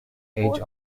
age